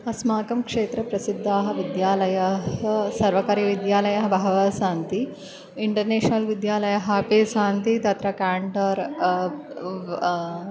अस्माकं क्षेत्रे प्रसिद्धाः विद्यालयाः सर्वकारि विद्यालयाः बहवः सन्ति इण्टर्नेश्नल् विद्यालयाः अपि सन्ति तत्र केण्टोर्